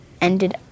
ended